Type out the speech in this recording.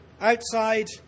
Outside